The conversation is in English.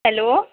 hello